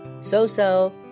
So-so